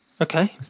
okay